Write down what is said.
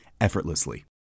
effortlessly